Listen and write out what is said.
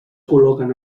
col·loquen